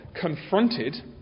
confronted